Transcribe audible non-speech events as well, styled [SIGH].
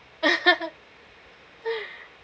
[LAUGHS]